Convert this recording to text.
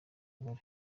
gore